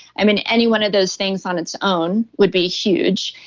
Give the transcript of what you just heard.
i mean, any one of those things on its own would be huge.